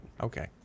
Okay